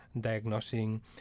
diagnosing